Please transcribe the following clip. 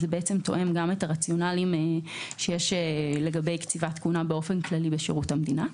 זה תואם את הרציונל שיש לגבי קציבת כהונה באופן כללי בשירות המדינה.